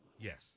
Yes